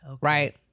right